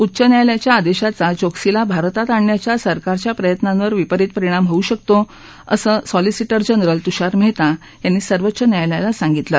उच्च न्यायालयाच्या आदेशाचा चोक्सीला भारतात आणण्याच्या सरकारच्या प्रयत्नांवर विपरित परिणाम होऊ शकतो असं सॉलिसीटर जनरल तुषार मेहता यांनी सर्वोच्च न्यायालयाला सांगितलं